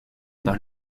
par